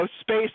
space